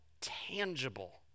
tangible